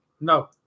No